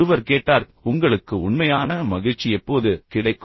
ஒருவர் கேட்டார் உங்களுக்கு உண்மையான மகிழ்ச்சி எப்போது கிடைக்கும்